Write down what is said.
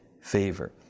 favor